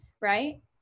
right